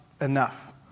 enough